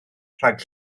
rhag